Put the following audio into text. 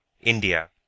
India